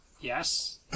Yes